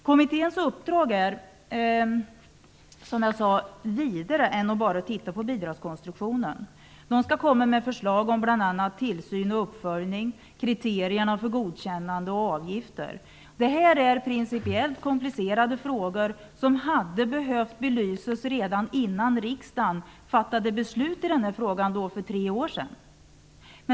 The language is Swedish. Kommitténs uppdrag är vidare än att man bara skall se på bidragskonstruktionen. Man skall komma med förslag om bl.a. tillsyn och uppföljning, om kriterierna för godkännande och avgifter. Detta är principiellt komplicerade frågor som hade behövt belysas redan innan riksdagen fattade beslut för tre år sedan.